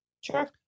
Sure